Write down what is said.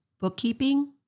bookkeeping